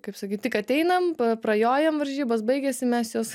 kaip sakyt tik ateinam prajojam varžybos baigiasi mes juos